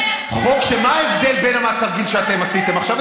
מה ההבדל בין התרגיל שאתם עשיתם עכשיו?